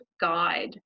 guide